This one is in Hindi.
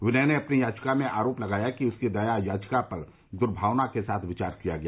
विनय ने अपनी याचिका में आरोप लगाया था कि उसकी दया याचिका पर दर्भावना के साथ विचार किया गया